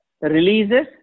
releases